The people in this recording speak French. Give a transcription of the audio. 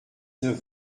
neuf